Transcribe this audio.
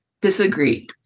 disagree